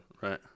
Right